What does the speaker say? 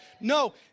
No